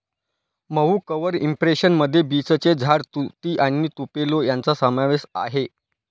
मऊ cover impression मध्ये बीचचे झाड, तुती आणि तुपेलो यांचा समावेश आहे